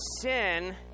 sin